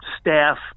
staff